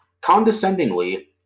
Condescendingly